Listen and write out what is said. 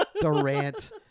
Durant